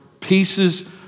pieces